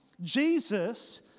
Jesus